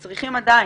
וצריכים עדיין,